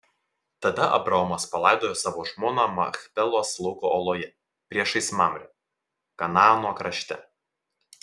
tada abraomas palaidojo savo žmoną machpelos lauko oloje priešais mamrę kanaano krašte